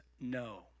No